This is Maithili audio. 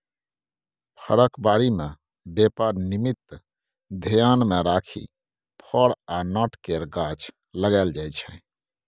फरक बारी मे बेपार निमित्त धेआन मे राखि फर आ नट केर गाछ लगाएल जाइ छै